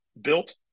built –